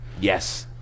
yes